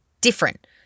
different